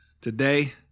today